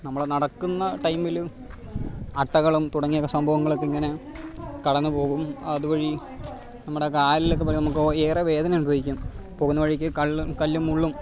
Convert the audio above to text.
നമ്മൾ നടക്കുന്ന ടൈമിൽ അട്ടകളും തുടങ്ങിയ സംഭവങ്ങളൊക്കെ ഇങ്ങനെ കടന്ന്പോകും അത് വഴി നമ്മുടെ കാലിലൊക്കെ പാടെ നമുക്ക് ഏറെ വേദന അനുഭവിക്കും പോകുന്ന വഴിക്ക് കല്ലും കല്ലും മുള്ളും